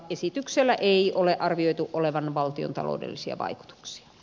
esityksellä ei ole arvioitu olevan valtiontaloudellisia vaikutuksia